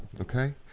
okay